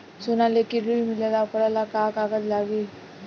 सोना लेके ऋण मिलेला वोकरा ला का कागज लागी?